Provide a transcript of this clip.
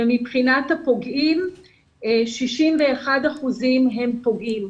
ומבחינת הפוגעים 61 אחוזים הם פוגעים.